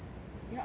ya I was saying